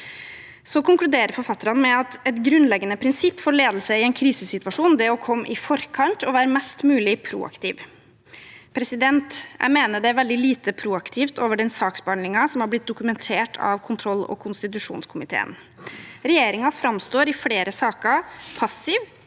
Så konkluderer forfatterne med at et grunnleggende prinsipp for ledelse i en krisesituasjon er å komme i forkant og være mest mulig proaktiv. Jeg mener det er veldig lite proaktivt over den saksbehandlingen som har blitt dokumentert av kontrollog konstitusjonskomiteen. Regjeringen framstår i flere saker som passiv,